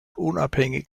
unabhängig